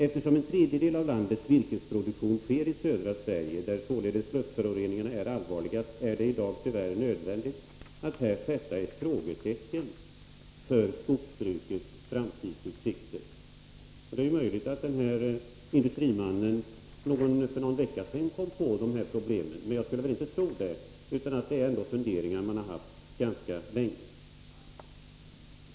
Eftersom en tredjedel av landets virkesproduktion sker i södra Sverige, där således luftföroreningarna är allvarligast, är det i dag tyvärr nödvändigt att här sätta ett frågetecken för skogsbrukets framtidsutsikter.” Det är möjligt att denne industriman uppmärksammat dessa problem för Nr 44 någon vecka sedan, men jag skulle inte tro det, utan detta är nog funderingar Måndagen den han har haft ganska länge.